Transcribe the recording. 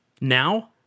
Now